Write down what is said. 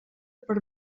per